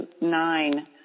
nine